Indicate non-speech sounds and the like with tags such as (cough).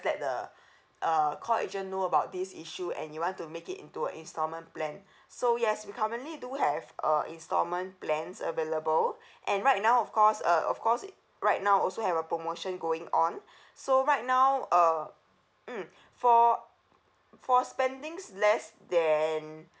let the uh call agent know about this issue and you want to make it into a instalment plan so yes we currently do have uh instalment plans available and right now of course uh of course right now also have a promotion going on (breath) so right now uh mm for for spendings less then